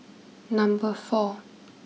number four